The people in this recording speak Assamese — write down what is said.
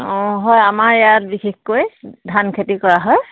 অঁ হয় আমাৰ ইয়াত বিশেষকৈ ধান খেতি কৰা হয়